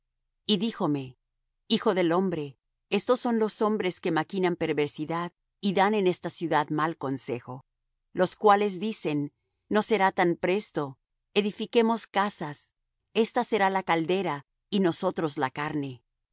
y díjome hijo del hombre estos son los hombres que maquinan perversidad y dan en esta ciudad mal consejo los cuales dicen no será tan presto edifiquemos casas ésta será la caldera y nosotros la carne